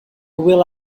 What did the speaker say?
will